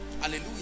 hallelujah